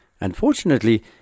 Unfortunately